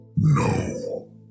No